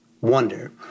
wonder